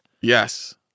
Yes